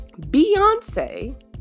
Beyonce